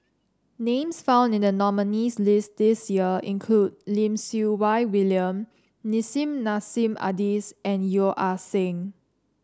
names found in the nominees' list this year include Lim Siew Wai William Nissim Nassim Adis and Yeo Ah Seng